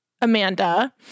Amanda